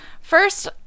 First